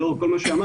לאור כל מה שאמרתי,